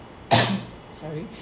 sorry